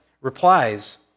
Replies